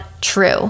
true